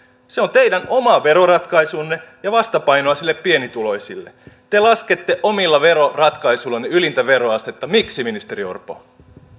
se on teidän oma veroratkaisunne ja vastapainoa pienituloisille te laskette omilla veroratkaisuillanne ylintä veroastetta miksi ministeri orpo